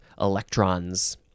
electrons